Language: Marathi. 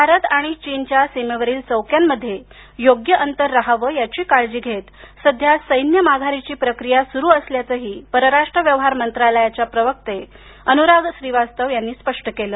भारत आणि चीनच्या सीमेवरिल चौक्यांमध्ये योग्य अंतर रहावं याची काळजी घेत सध्या सैन्य माघारीची प्रक्रिया सुरू असल्याचंही परराष्ट्र व्यवहार मंत्रालयाच्या प्रवक्ते अनुराग श्रीवास्तव स्पष्ट केलं